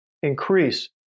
Increase